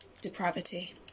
depravity